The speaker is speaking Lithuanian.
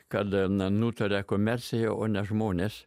kad nutaria komercija o ne žmonės